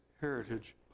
heritage